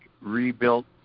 rebuilt